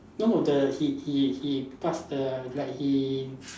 no the he he he pass the like he